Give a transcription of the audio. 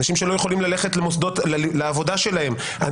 אנשים שלא יכולים ללכת לעבודה שלהם,